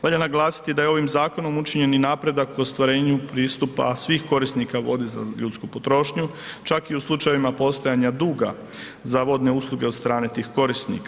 Valja naglasiti da je ovim zakonom učinjen i napredak k ostvarenju pristupa svih korisnika vode za ljudsku potrošnju, čak i u slučajevima postojanja duga za vodne usluge od strane tih korisnika.